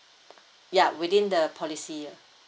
ya within the policy year